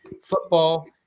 football